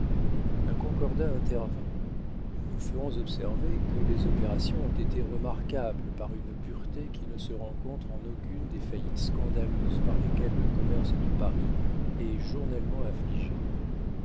un concordat intervint nous ferons observer que les opérations ont été remarquables par une pureté qui ne se rencontre en aucune des faillites scandaleuses par lesquelles le commerce de paris est journellement affligé